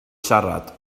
siarad